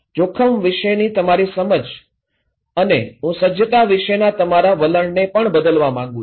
જોખમ વિશેની તમારી સમજ અને હું સજ્જતા વિશેના તમારા વલણને પણ બદલવા માંગુ છું